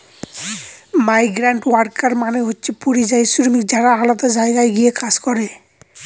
migrant worker মানে হচ্ছে পরিযায়ী শ্রমিক যারা আলাদা জায়গায় গিয়ে কাজ করে